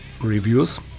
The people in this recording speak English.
reviews